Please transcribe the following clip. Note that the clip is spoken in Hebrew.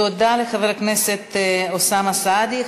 תודה לחבר הכנסת אוסאמה סעדי.